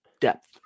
depth